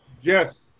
Yes